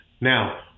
Now